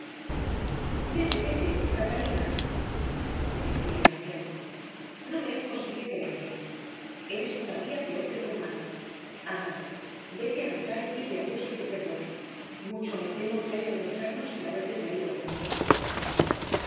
vete vete catalina decía el anciano no me es posible quererte eres todavía peor que tu hermano anda vete a rezar y pide a dios que te perdone mucho temo que haya de pesarnos el haberte traído al mundo